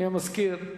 מהמזכיר,